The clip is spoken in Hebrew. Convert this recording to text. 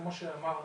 כמו שאמר חליל,